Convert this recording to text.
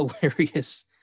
hilarious